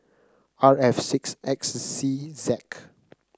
R F six X C Z